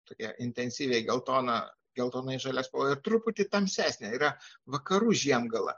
tokia intensyviai geltona geltonai žalia spalva ir truputį tamsesnė yra vakarų žiemgala